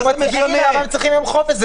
למה הם צריכים יום חופש?